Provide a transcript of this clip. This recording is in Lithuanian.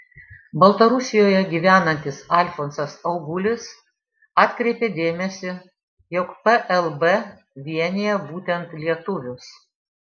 baltarusijoje gyvenantis alfonsas augulis atkreipė dėmesį jog plb vienija būtent lietuvius